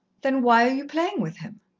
then why are you playing with him?